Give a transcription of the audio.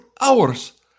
hours